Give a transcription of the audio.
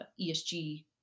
ESG